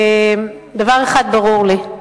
דבר אחד ברור לי,